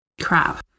crap